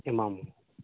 ᱮᱢᱟᱢᱟᱹᱧ